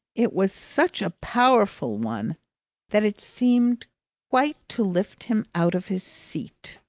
it was such a powerful one that it seemed quite to lift him out of his seat.